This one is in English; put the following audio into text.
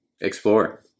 explore